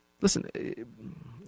listen